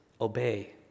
obey